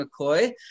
mccoy